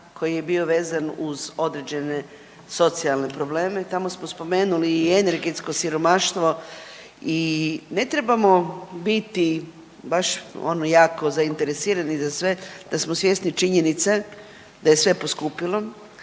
koji je bio vezan uz određene socijalne probleme. Tamo smo spomenuli i energetsko siromaštvo i ne trebamo biti baš ono jako zainteresirani za sve da smo svjesni činjenice da je sve poskupilo,